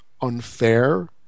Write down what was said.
unfair